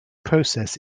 process